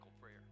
prayer